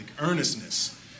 earnestness